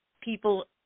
people